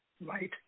Right